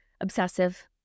obsessive